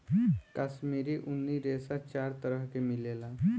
काश्मीरी ऊनी रेशा चार तरह के मिलेला